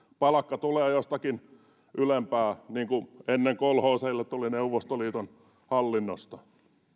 palkka tulee jostakin ylempää niin kuin ennen kolhooseille tuli neuvostoliiton hallinnosta